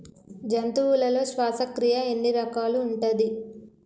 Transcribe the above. జంతువులలో శ్వాసక్రియ ఎన్ని రకాలు ఉంటది?